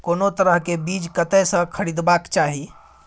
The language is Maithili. कोनो तरह के बीज कतय स खरीदबाक चाही?